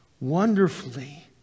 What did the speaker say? wonderfully